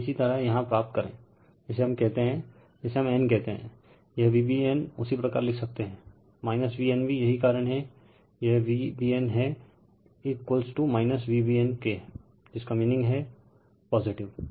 बस इसी तरह यहाँ प्राप्त करे जिसे हम कहते जिसे हम n कहते हैं यह Vbn उसी प्रकार लिख सकते हैं Vnb यही कारण है यह Vbn हैं Vnb का मीनिंग है पॉजिटिव